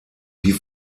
die